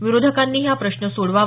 विरोधकांनीही हा प्रश्न सोडवावा